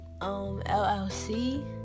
LLC